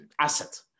asset